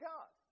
God